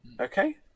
Okay